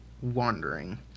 wandering